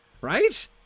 right